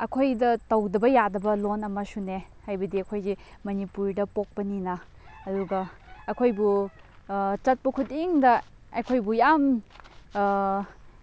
ꯑꯩꯈꯣꯏꯗ ꯇꯧꯗꯕ ꯌꯥꯗꯕ ꯂꯣꯟ ꯑꯃꯁꯨꯅꯦ ꯍꯥꯏꯕꯗꯤ ꯑꯩꯈꯣꯏꯁꯦ ꯃꯅꯤꯄꯨꯔꯗ ꯄꯣꯛꯄꯅꯤꯅ ꯑꯗꯨꯒ ꯑꯩꯈꯣꯏꯕꯨ ꯆꯠꯄ ꯈꯨꯗꯤꯡꯗ ꯑꯩꯈꯣꯏꯕꯨ ꯌꯥꯝ